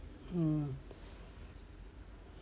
mm